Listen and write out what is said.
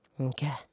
Okay